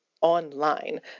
online